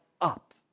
up